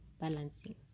balancing